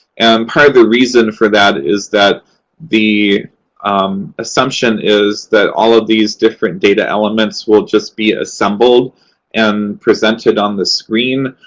and part of the reason for that is that the assumption is that all of these different data elements will just be assembled and presented on the screen.